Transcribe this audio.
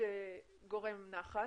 גורם נחת.